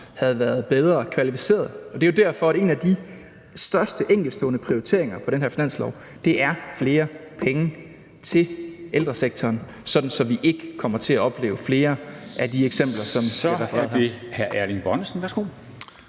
havde været bedre kvalificeret. Det er jo derfor, at en af de største enkeltstående prioriteringer på den her finanslov er flere penge til ældresektoren, sådan at vi ikke kommer til at opleve flere af de eksempler, vi har set her. Kl. 09:57 Formanden (Henrik